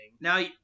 Now